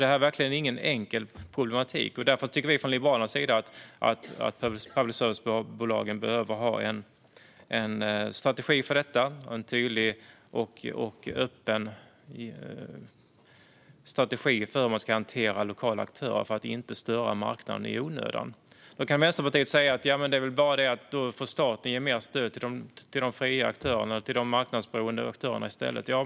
Detta är verkligen ingen enkel problematik, och därför tycker vi i Liberalerna att public service-bolagen behöver ha en strategi för detta - en tydlig och öppen strategi för hur lokala aktörer ska hanteras för att inte störa marknaden i onödan. Då kan Vänsterpartiet säga att staten bara får ge mer stöd till de fria och marknadsberoende aktörerna i stället.